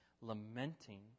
lamenting